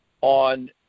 on